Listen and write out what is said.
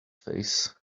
face